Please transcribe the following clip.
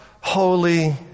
holy